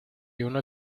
uno